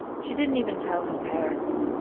she didn't even tell her parents.